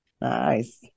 Nice